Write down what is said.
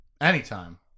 anytime